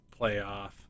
playoff